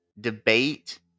debate